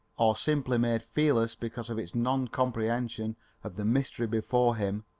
or simply made fearless because of its non-comprehension of the mystery before him,